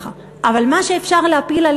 אי-אפשר להפיל את